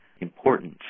importance